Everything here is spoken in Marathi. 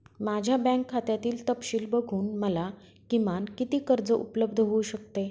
माझ्या बँक खात्यातील तपशील बघून मला किमान किती कर्ज उपलब्ध होऊ शकते?